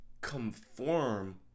conform